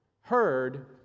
heard